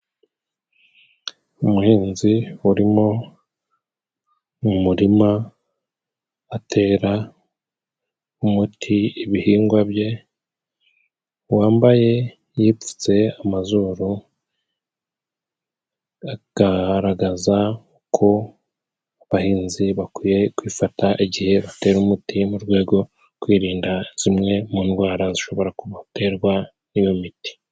Umuhinzi urimo mu murima atera umuti ibihingwa bye wambaye yipfutse amazuru ,agaragaza uko abahinzi bakwiye kwifata igihe batera umuti mu rwego kwirinda zimwe mu ndwara zishobora guterwa n'iyo miti.